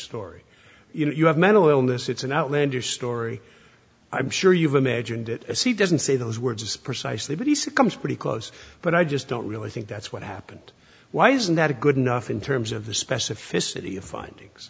story you know you have mental illness it's an outlander story i'm sure you've imagined it as he doesn't say those words is precisely what he said comes pretty close but i just don't really think that's what happened why isn't that a good enough in terms of the specificity of findings